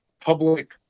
public